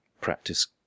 practice